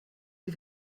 sie